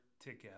together